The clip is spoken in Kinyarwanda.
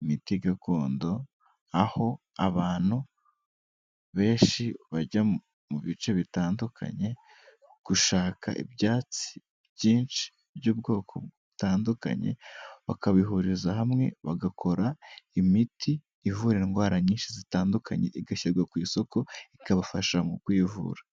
imiti gakondo, aho abantu benshi bajya mu bice bitandukanye, gushaka ibyatsi byinshi by'ubwoko butandukanye, bakabihuriza hamwe bagakora imiti ivura indwara nyinshi zitandukanye, igashyirwa ku isoko, ikabafasha mu kuvura.